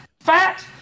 fat